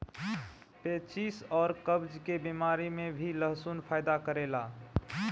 पेचिस अउरी कब्ज के बेमारी में भी लहसुन फायदा करेला